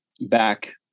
back